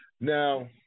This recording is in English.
Now